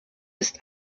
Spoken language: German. ist